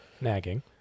nagging